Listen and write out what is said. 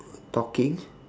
talking